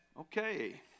Okay